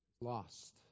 lost